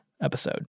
episode